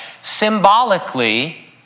symbolically